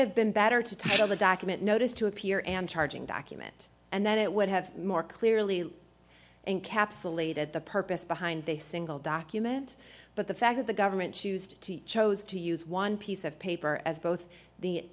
have been better to tell the document notice to appear and charging document and then it would have more clearly and capsulated the purpose behind the single document but the fact that the government used to chose to use one piece of paper as both the